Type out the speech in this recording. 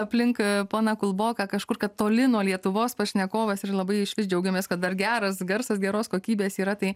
aplink a poną kulboką kažkur toli nuo lietuvos pašnekovas ir labai išvis džiaugiamės kad dar geras garsas geros kokybės yra tai